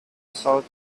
são